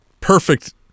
perfect